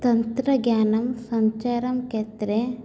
तन्त्रज्ञानं सञ्चारक्षेत्रे